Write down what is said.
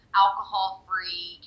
alcohol-free